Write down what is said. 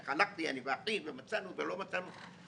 איך הלכנו אני ואחי ומצאנו ולא מצאנו.